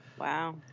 wow